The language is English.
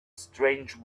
strange